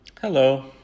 Hello